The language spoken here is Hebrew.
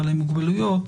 בעלי מוגבלויות,